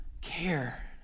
care